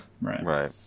Right